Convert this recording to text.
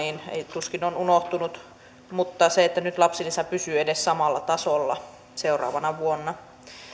tuskin on unohtunut mutta nyt lapsilisä pysyy edes samalla tasolla seuraavana vuonna